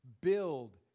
build